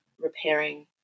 repairing